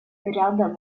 ряда